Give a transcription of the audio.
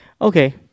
Okay